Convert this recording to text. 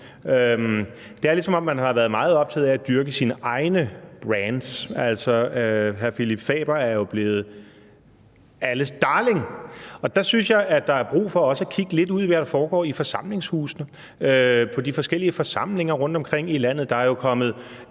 Det er, som om man har været meget optaget af at dyrke sine egne brands. Phillip Faber er jo blevet alles darling. Der synes jeg, at der også er brug for at kigge lidt ud på, hvad der foregår i forsamlingshusene og ved de forskellige forsamlinger rundtomkring i landet. Der er jo